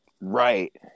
Right